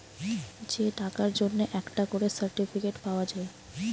যে টাকার জন্যে একটা করে সার্টিফিকেট পাওয়া যায়